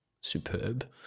superb